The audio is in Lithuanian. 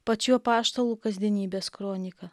pačių apaštalų kasdienybės kronika